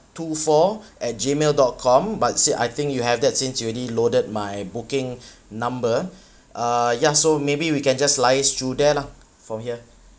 two four at gmail dot com but since I think you have that since you already loaded my booking number uh ya so maybe we can just liaise through there lah from here